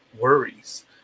worries